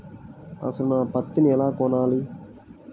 అసలు నా పత్తిని ఎలా కొలవాలి?